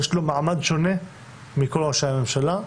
יש לו מעמד שונה מכל ראשי הממשלה,